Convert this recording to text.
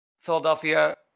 Philadelphia